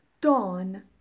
Dawn